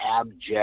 abject